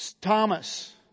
Thomas